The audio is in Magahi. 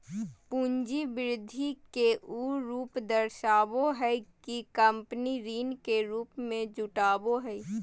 पूंजी वृद्धि के उ रूप दर्शाबो हइ कि कंपनी ऋण के रूप में जुटाबो हइ